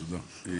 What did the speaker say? תודה.